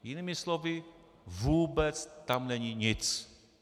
Jinými slovy, vůbec tam není nic.